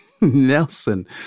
Nelson